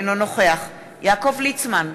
אינו נוכח יעקב ליצמן,